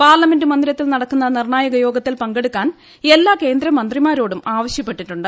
parliament മന്ദിരത്തിൽ നടക്കുന്ന നിർണായക യോഗത്തിൽ പങ്കെടുക്കാൻ എല്ലാ കേന്ദ്ര മന്ത്രിമാരോടും ആവശ്യപ്പെട്ടിട്ടുണ്ട്